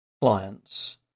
clients